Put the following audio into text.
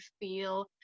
feel